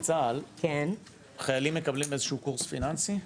בצה"ל חיילים מקבלים איזשהו קורס פיננסי?